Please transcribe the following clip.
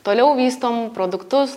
toliau vystom produktus